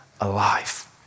alive